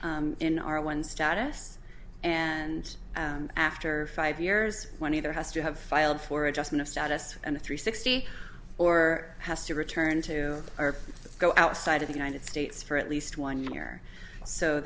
in our one status and after five years when either has to have filed for adjustment of status and a three sixty or has to return to go outside of the united states for at least one year so